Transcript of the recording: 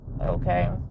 Okay